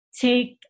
take